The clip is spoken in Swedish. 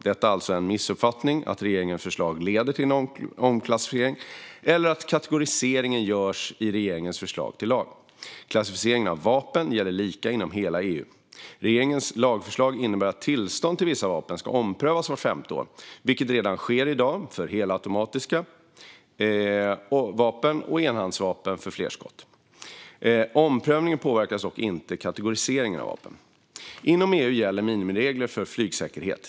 Det är alltså en missuppfattning att regeringens förslag leder till en omklassificering eller att kategoriseringen görs i regeringens förslag till lag. Klassificeringen av vapen gäller lika inom hela EU. Regeringens lagförslag innebär att tillstånd till vissa vapen ska omprövas vart femte år, vilket redan sker i dag för helautomatiska vapen och enhandsvapen för flerskott. Omprövningen påverkar dock inte kategoriseringen av vapen. Inom EU gäller minimiregler för flygsäkerhet.